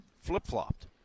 flip-flopped